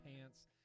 pants